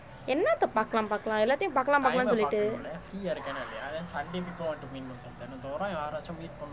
எண்ணத்தை பார்க்கலாம் பார்க்கலாம் எல்லாத்தையும் பார்க்கலாம் பார்க்கலாம்னு சொல்லிட்டு:ennathai paarkalaam paarkkalaam ellathaiyum paarkkalaam paarkkalaamnu sollittu